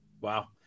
Wow